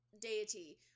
deity